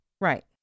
Right